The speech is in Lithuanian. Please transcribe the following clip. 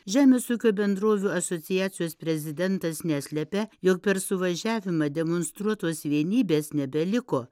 žemės ūkio bendrovių asociacijos prezidentas neslepia jog per suvažiavimą demonstruotos vienybės nebeliko